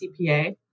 CPA